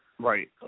Right